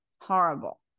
horrible